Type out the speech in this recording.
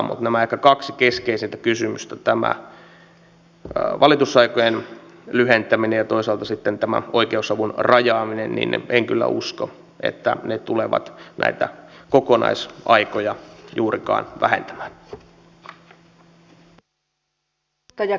mutta mitä tulee ehkä näihin kahteen keskeisimpään kysymykseen tähän valitusaikojen lyhentämiseen ja toisaalta sitten tähän oikeusavun rajaamiseen niin en kyllä usko että ne tulevat näitä kokonaisaikoja juurikaan lyhentämään